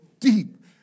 Deep